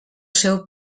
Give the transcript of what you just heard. seu